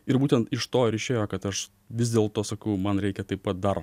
ir būtent iš to ir išėjo kad aš vis dėlto sakau man reikia taip pat dar